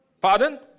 Pardon